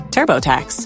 TurboTax